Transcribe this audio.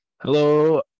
Hello